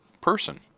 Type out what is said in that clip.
person